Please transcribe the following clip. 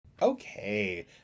Okay